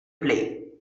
play